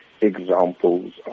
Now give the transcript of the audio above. examples